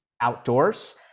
outdoors